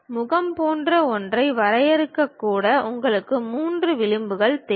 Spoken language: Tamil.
முகம் போன்ற ஒன்றை வரையறுக்க கூட உங்களுக்கு 3 விளிம்புகள் தேவை